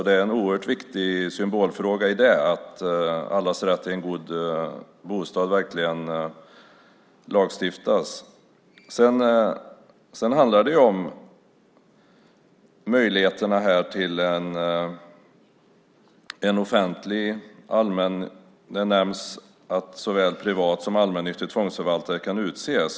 Det är en oerhört viktig symbolfråga att allas rätt till en god bostad verkligen lagstiftas. Det nämns att såväl privat som allmännyttig tvångsförvaltare kan utses.